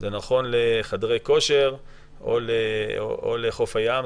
זה נכון לחדרי כושר או לחוף הים.